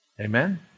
Amen